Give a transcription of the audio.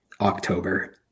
October